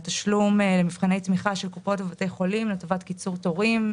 התשלום למבחני תמיכה של קופות ובתי חולים לטובת קיצור תורים.